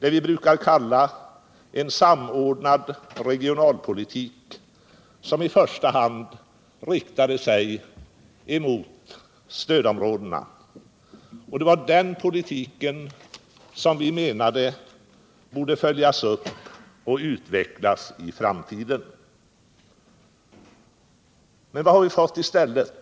vad vi brukar kalla en samordnad regionalpolitik, som i första hand riktade sig mot stödområdena. Det var den politiken som vi menade borde följas upp och utvecklas i framtiden. Men vad har vi fått i stället?